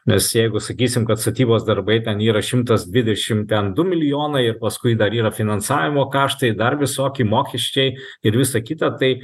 nes jeigu sakysim kad statybos darbai ten yra šimtas dvidešimt ten du milijonai ir paskui dar yra finansavimo kaštai dar visokie mokesčiai ir visa kita tai